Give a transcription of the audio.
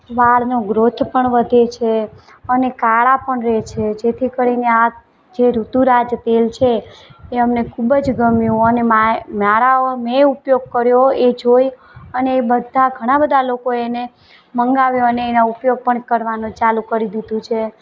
વાળનો growth પણ વધે છે અને કાળા પણ રહે છે જેથી કરીને આપ જે ઋતુરાજ તેલ છે એ અમને ખૂબ જ ગમ્યું અને માય મારામાં મેં ઉપયોગ કર્યો એ જોઈ અને એ બધા ઘણા બધા લોકોએ એને મંગાવ્યું અને એનો ઊપયોગ પણ કરવાનું ચાલું કરી દીધું છે